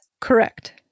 Correct